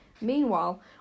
Meanwhile